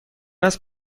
است